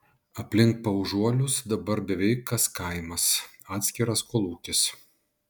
aplink paužuolius dabar beveik kas kaimas atskiras kolūkis